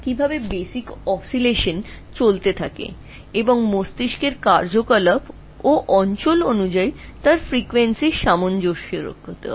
এবং কীভাবে মৌলিক দোলন চলবে তা মস্তিষ্কের ক্রিয়াকলাপের উপর এবং অঞ্চলটির উপর নির্ভর করে এভাবেই কম্পাঙ্কটি পরিবর্তিত হয়